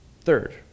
Third